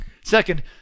Second